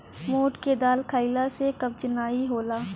मोठ के दाल खईला से कब्ज नाइ होला